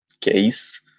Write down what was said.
case